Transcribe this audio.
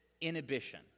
inhibition